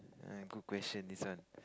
ah good question this one